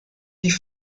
die